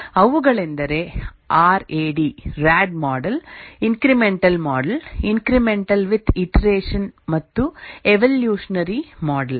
ಅವುಗಳೆಂದರೆ RAD model incremental model incremental with iteration ಮತ್ತು evolutionary model